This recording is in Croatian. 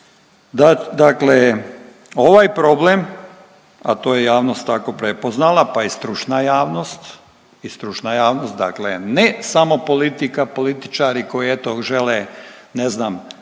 dakle ovaj problem, a to je javnost tako prepoznala pa i stručna javnost. I stručna javnost, dakle ne samo politika, političari koji eto žele ne znam